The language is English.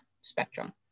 spectrum